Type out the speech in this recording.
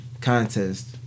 contest